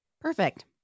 Perfect